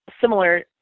similar